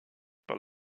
par